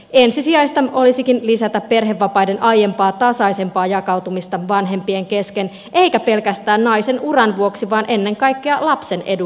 ensisijaista olisikin lisätä perhevapaiden aiempaa tasaisempaa jakautumista vanhempien kesken eikä pelkästään naisen uran vuoksi vaan ennen kaikkea lapsen edun vuoksi